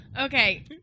okay